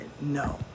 no